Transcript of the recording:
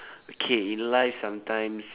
okay in life sometimes